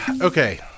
Okay